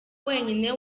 wenyine